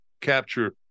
capture